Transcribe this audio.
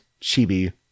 chibi